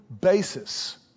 basis